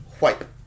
wipe